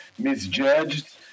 misjudged